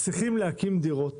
צריכים להקים דירות